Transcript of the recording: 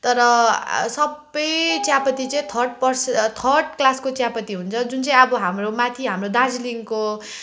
तर सबै चियापत्ती चाहिँ थर्ड पर्सन थर्ड क्लासको चियापत्ती हुन्छ जुनै अब हाम्रो माथि हाम्रो दार्जिलिङको